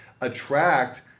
attract